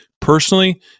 personally